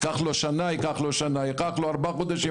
בין אם ייקח לו שנה או ארבעה חודשים.